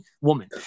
woman